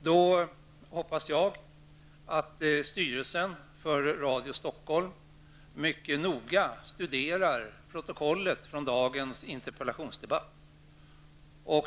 Jag hoppas att styrelsen för Radio Stockholm mycket noga studerar protokollet från dagens interpellationsdebatt.